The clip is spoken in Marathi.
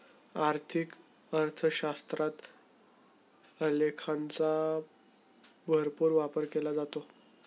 आर्थिक अर्थशास्त्रात आलेखांचा भरपूर वापर केला जातो